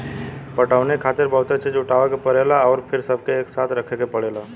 पटवनी खातिर बहुते चीज़ जुटावे के परेला अउर फिर सबके एकसाथे रखे के पड़ेला